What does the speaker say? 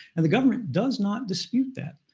and the government does not dispute that.